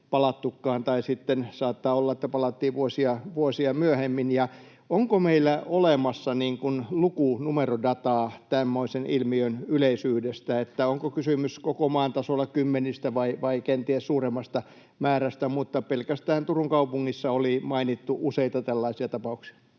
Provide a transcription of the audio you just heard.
tai sitten saattaa olla, että palattiin vuosia myöhemmin. Onko meillä olemassa luku‑, numerodataa tämmöisen ilmiön yleisyydestä, eli onko kysymys koko maan tasolla kymmenistä vai kenties suuremmasta määrästä? Pelkästään Turun kaupungissa oli mainittu useita tällaisia tapauksia.